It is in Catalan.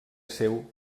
seu